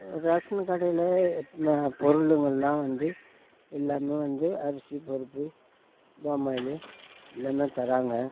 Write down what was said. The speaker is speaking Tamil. ரேஷன் கடையில் இப்போ பொருளுங்களெலாம் வந்து எல்லாமே வந்து அரிசி பருப்பு பாமாயில் எல்லாமே தராங்க